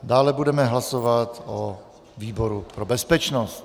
Dále budeme hlasovat o výboru pro bezpečnost.